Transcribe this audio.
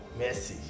messi